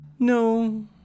No